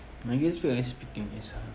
my greatest fear are speaking itself